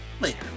later